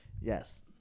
yes